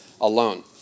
alone